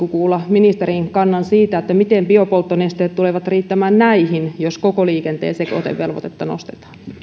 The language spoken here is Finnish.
haluaisinkin kuulla ministerin kannan siitä miten biopolttonesteet tulevat riittämään näihin jos koko liikenteen sekoitevelvoitetta nostetaan